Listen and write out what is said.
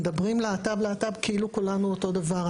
מדברים להט"ב, להט"ב, כאילו כולנו אותו דבר.